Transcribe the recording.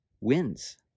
wins